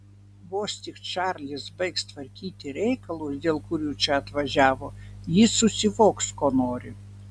vos tik čarlis baigs tvarkyti reikalus dėl kurių čia atvažiavo jis susivoks ko nori